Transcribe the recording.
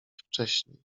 wcześniej